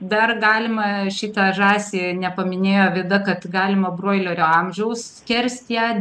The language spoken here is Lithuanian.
dar galima šitą žąsį nepaminėjo vida kad galima broilerio amžiaus skerst ją